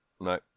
no